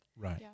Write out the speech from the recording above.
right